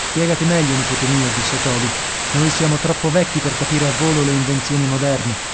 spiegati meglio nipote mio disse toby noi siamo troppo vecchi per capire a volo le invenzioni moderne